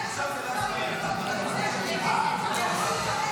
לוועדת הכספים נתקבלה.